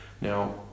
now